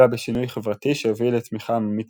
אלא בשינוי חברתי שיוביל לתמיכה עממית